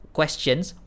questions